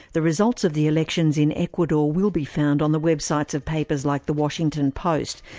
the results of the elections in ecuador will be found on the websites of papers like the washington post,